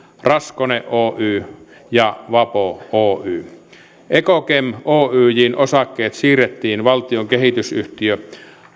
raskone oy ja vapo oy ekokem oyjn osakkeet siirrettiin valtion kehitysyhtiö